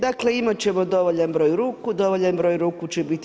Dakle, imat ćemo dovoljan broj ruku, dovoljan broj ruku će biti.